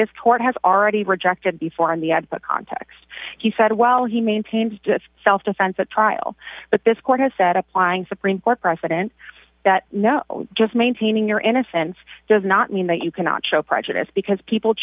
this court has already rejected before in the ad but context he said well he maintains self defense at trial but this court has said applying supreme court precedent that no just maintaining your innocence does not mean that you cannot show prejudice because people